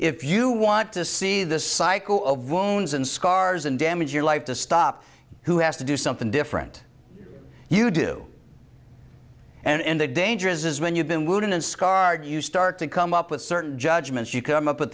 if you want to see the cycle of wounds and scars and damage your life to stop who has to do something different you do and the danger is when you've been wounded and scarred you start to come up with certain judgments you come up with